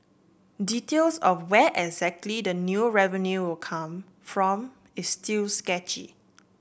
details of where exactly the new revenue will come from is still sketchy